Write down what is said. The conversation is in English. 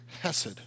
hesed